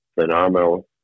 phenomenal